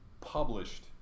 published